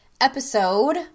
episode